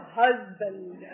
husband